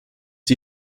die